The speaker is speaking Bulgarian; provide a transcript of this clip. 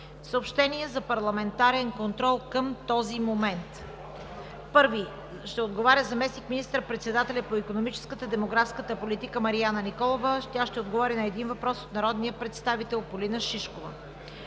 Съобщение за парламентарен контрол към този момент: Първи ще отговаря заместник министър-председателят по икономическата и демографската политика Марияна Николова. Тя ще отговори на един въпрос от народния представител Полина Шишкова.